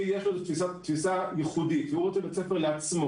יש לו תפיסה ייחודית והוא רוצה בית ספר לעצמו